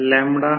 तर 2Z 0